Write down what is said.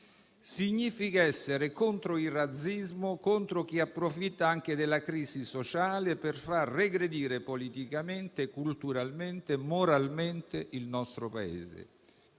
significa essere contro il razzismo e contro chi approfitta anche della crisi sociale per far regredire politicamente, culturalmente e moralmente il nostro Paese;